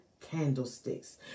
candlesticks